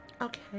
Okay